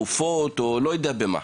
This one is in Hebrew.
בתרופות או לא יודע עוד במה.